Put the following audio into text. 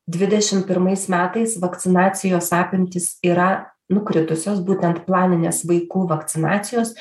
dvidešim pirmais metais vakcinacijos apimtys yra nukritusios būtent planinės vaikų vakcinacijos